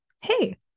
hey